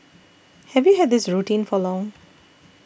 have you had this routine for long